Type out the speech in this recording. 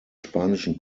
spanischen